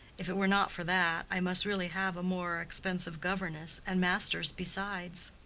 if it were not for that, i must really have a more expensive governess, and masters besides.